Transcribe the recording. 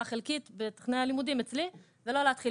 חלקית בתכני הלימודים אצלי ולא להתחיל